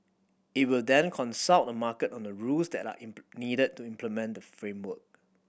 it will then consult the market on the rules that are needed to implement the framework